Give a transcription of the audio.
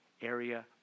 area